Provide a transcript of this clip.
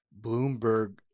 Bloomberg